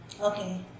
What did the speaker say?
Okay